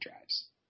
drives